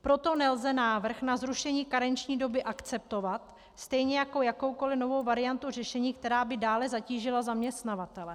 Proto nelze návrh na zrušení karenční doby akceptovat, stejně jako jakoukoli novou variantu řešení, která by dále zatížila zaměstnavatele.